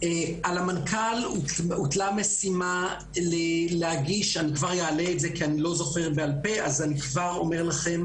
הוטלה על המנכ"ל משימה שאני מיד אחפש כדי לומר לכם